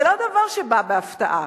זה לא דבר שבא בהפתעה.